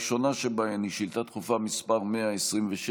שבהן היא שאילתה דחופה מס' 127,